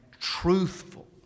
truthful